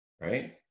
right